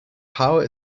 power